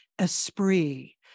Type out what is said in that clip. Esprit